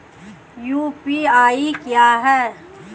UPI क्या है?